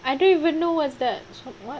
I don't even know what's that so what